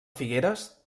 figueres